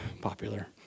popular